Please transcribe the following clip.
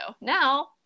Now